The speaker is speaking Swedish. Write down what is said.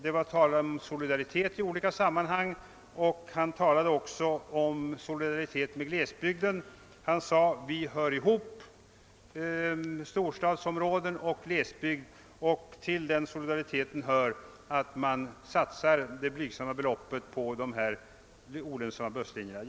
Det var tal om solidaritet i olika sammanhang och han talade då också om solidaritet med glesbygden och sade: Vi hör ihop, storstadsområden och glesbygder. Till den solidariteten hör att man salsar det blygsamma beloppet på de olönsamma busslinjerna.